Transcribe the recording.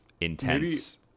intense